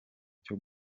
cyo